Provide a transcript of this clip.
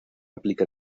aplica